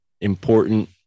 important